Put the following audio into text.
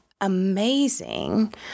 amazing